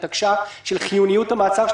בתקש"ח של חיוניות המעצר.